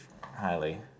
highly